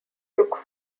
took